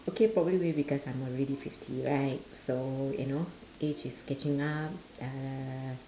okay probably maybe because I'm already fifty right so you know age is catching up uh